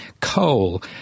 coal